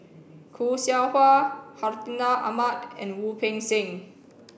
Khoo Seow Hwa Hartinah Ahmad and Wu Peng Seng